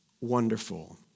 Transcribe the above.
wonderful